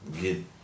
get